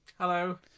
Hello